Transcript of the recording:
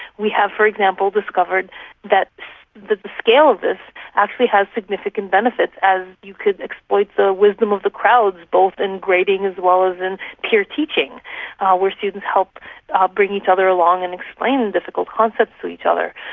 we have, for example, discovered that the scale of this actually has significant benefits as you can exploit the wisdom of the crowds, both in grading as well as in peer teaching where students help ah bring each other along and explain difficult concepts to each other.